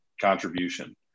contribution